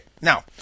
now